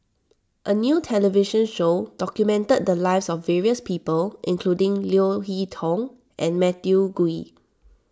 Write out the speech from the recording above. a new television show documented the lives of various people including Leo Hee Tong and Matthew Ngui